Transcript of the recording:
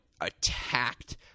attacked